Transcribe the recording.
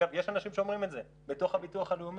אגב, יש אנשים שאומרים את זה בתוך הביטוח הלאומי.